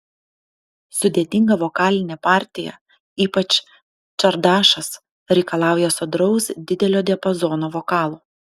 sudėtinga vokalinė partija ypač čardašas reikalauja sodraus didelio diapazono vokalo